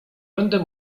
będę